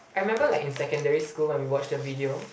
I remember like in secondary school when we watch the video